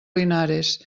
linares